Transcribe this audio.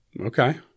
Okay